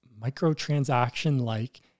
microtransaction-like